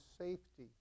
safety